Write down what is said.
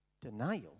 Denial